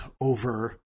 over